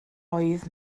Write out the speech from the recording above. oedd